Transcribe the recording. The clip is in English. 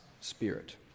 Spirit